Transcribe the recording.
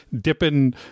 dipping